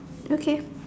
okay